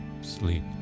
sleep